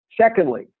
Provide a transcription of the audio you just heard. Secondly